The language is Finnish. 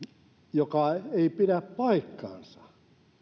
mikä ei pidä paikkaansa